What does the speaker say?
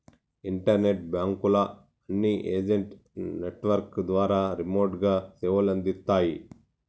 internet బాంకుల అన్ని agent network ద్వారా రిమోట్ గా సేవలందిత్తాయి